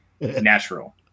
natural